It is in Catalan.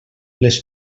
les